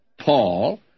Paul